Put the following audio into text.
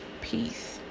Peace